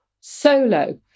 solo